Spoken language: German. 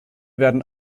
werden